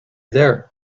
there